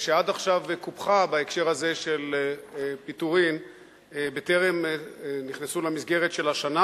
ושעד עכשיו קופחה בהקשר הזה של פיטורין בטרם נכנסו למסגרת של השנה,